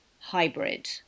hybrid